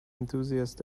enthusiasts